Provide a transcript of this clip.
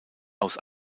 aus